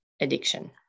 addiction